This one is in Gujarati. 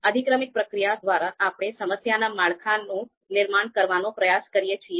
અધિક્રમિક પ્રક્રિયા દ્વારા આપણે સમસ્યાના માળખાનો નિર્માણ કરવાનો પ્રયાસ કરીએ છીએ